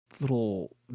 little